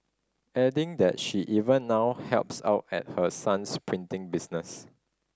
adding that she even now helps out at her son's printing business